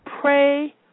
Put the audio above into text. Pray